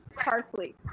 Parsley